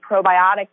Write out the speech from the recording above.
probiotic